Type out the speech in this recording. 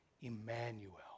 Emmanuel